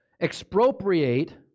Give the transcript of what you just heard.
expropriate